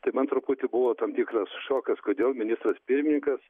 tai man truputį buvo tam tikras šokas kodėl ministras pirmininkas